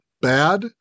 bad